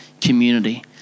community